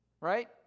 right